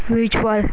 visual